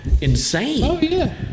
insane